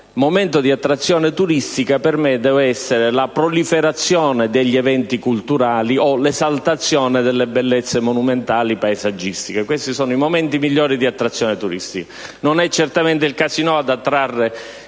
momento di attrazione turistica deve essere la proliferazione di eventi culturali o l'esaltazione delle bellezze monumentali o paesaggistiche. Questi sono i migliori elementi di attrazione turistica. Non sono certamente i casinò ad attrarre